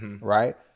right